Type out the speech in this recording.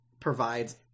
provides